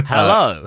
Hello